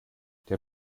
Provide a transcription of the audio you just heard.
der